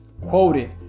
Quoted